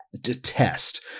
detest